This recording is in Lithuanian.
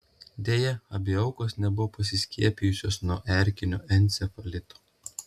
deja abi aukos nebuvo pasiskiepijusios nuo erkinio encefalito